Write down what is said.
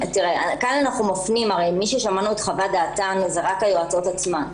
כאן אנחנו מפנים הרי מי ששמענו את חוות דעתן זה רק היועצות עצמן.